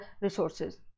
resources